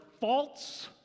false